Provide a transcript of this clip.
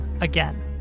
again